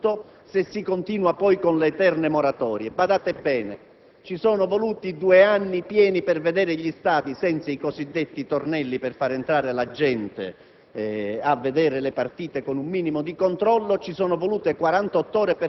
irrogate secondo quanto previsto dalla legge e, soprattutto, se si continua con eterne moratorie. Badate bene, ci sono voluti due anni pieni per non vedere negli stadi i cosiddetti tornelli per far entrare la gente